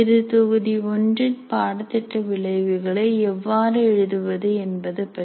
இது தொகுதி ஒன்றில் பாடத்திட்ட விளைவுகளை எவ்வாறு எழுதுவது என்பது பற்றி